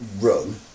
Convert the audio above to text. Run